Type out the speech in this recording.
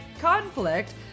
conflict